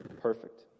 Perfect